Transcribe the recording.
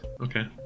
Okay